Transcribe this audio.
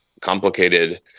complicated